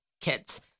kids